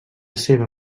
seva